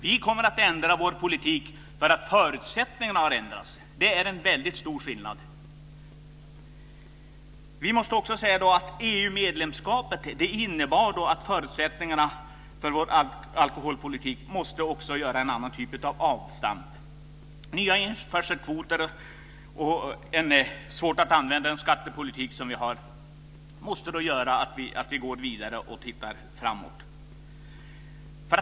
Vi kommer att ändra vår politik därför att förutsättningarna har ändrats. Det är en väldigt stor skillnad. EU-medlemskapet innebar att förutsättningarna för vår alkoholpolitik också måste göra så att säga en annan typ av avstamp. Nya införselkvoter och svårigheter att använda den skattepolitik som vi har måste leda till att vi går vidare och tittar framåt. Fru talman!